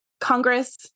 Congress